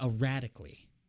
erratically